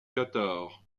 qatar